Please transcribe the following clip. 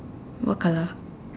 what colour